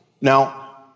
now